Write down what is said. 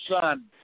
son